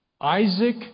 Isaac